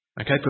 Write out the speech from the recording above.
Okay